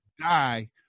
die